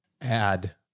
add